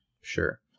Sure